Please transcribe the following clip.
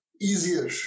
easier